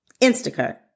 Instacart